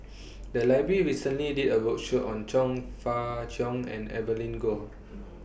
The Library recently did A roadshow on Chong Fah Cheong and Evelyn Goh